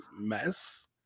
mess